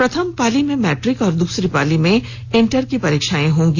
प्रथम पाली में मैट्रिक और दूसरी पाली में इंटर की परीक्षा होगी